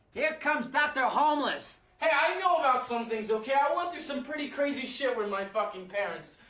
here comes doctor homeless. hey, i know about some things, okay. i went through some pretty crazy shit with my fucking parents.